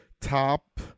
Top